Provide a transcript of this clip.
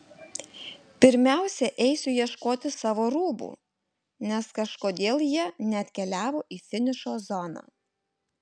pirmiausia eisiu ieškoti savo rūbų nes kažkodėl jie neatkeliavo į finišo zoną